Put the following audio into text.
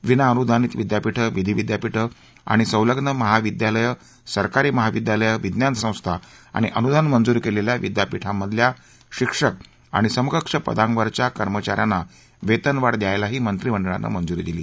विनाअनुदानित विद्यापीठं विधी विद्यापीठं आणि संलग्न महाविद्यालयं सरकारी महाविद्यालयं विज्ञान संस्था आणि अनुदान मंजूर झालेल्या विद्यापिठांमधल्या शिक्षक आणि समकक्ष पदावरच्या कर्मचा यांना वेतनवाढ द्यायलाही मंत्रिमंडळान मंजुरी दिली